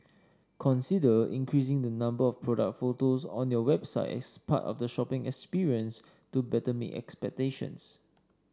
consider increasing the number of product photos on your website as part of the shopping experience to better meet expectations